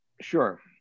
sure